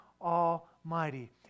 Almighty